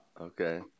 Okay